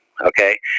Okay